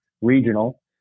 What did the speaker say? regional